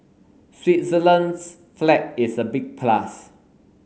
Switzerland's flag is a big plus